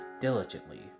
diligently